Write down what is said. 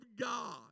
God